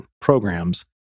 programs